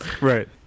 right